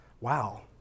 wow